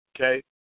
okay